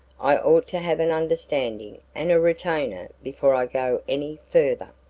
i ought to have an understanding and a retainer before i go any farther.